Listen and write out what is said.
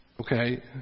Okay